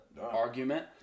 argument